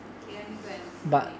okay let me go and look into it